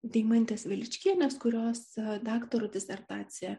deimantės veličkienės kurios daktaro disertacija